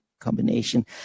combination